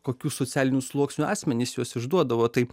kokių socialinių sluoksnių asmenys juos išduodavo tai